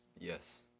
Yes